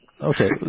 Okay